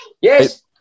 Yes